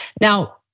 Now